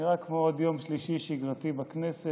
נראה כמו עוד יום שלישי שגרתי בכנסת,